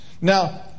Now